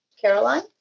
Caroline